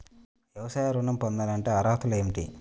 వ్యవసాయ ఋణం పొందాలంటే అర్హతలు ఏమిటి?